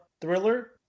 thriller